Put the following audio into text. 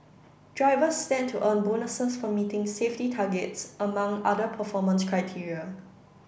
drivers stand to earn bonuses for meeting safety targets among other performance criteria